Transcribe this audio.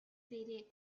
дээрээ